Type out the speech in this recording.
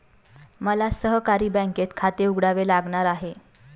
मला सहकारी बँकेत खाते उघडावे लागणार आहे